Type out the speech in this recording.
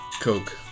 Coke